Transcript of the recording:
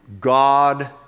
God